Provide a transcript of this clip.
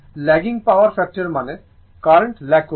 lagging power factor মানে current lag করছে